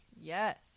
Yes